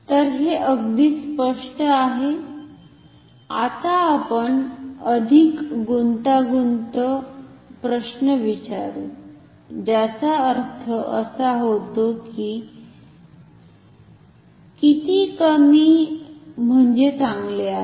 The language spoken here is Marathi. तर हे अगदी स्पष्ट आहे आता आपण अधिक गुंतलेला प्रश्न विचारू ज्याचा अर्थ असा होतो की किती कमी म्हणजे चांगले आहे